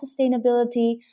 sustainability